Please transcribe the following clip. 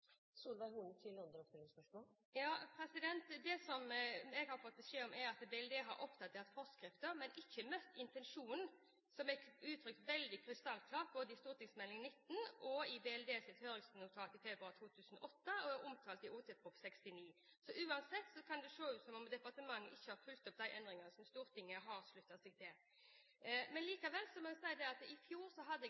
Det jeg har fått beskjed om, er at BLD har oppdatert forskriften, men ikke oppfylt intensjonen, som er uttrykt krystallklart både i St.meld. nr. 19, i BLDs høringsnotat i februar 2008 og i Ot.prp. nr. 69. Det kan uansett se ut som om departementet ikke har fulgt opp de endringene som Stortinget har sluttet seg til. I fjor hadde jeg et likelydende spørsmål til statsråden. Da fikk jeg til svar at dette skulle likestillings- og diskrimineringsombudet se på. Det er nå gått ett år, og vi har i